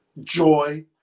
joy